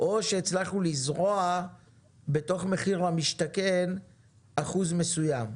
או שהצלחנו לזרוע בתוך מחיר למשתכן אחוז מסוים.